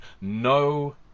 no